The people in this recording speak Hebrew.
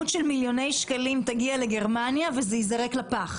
של מיליוני שקלים תגיע לגרמניה והיא תיזרק לפח.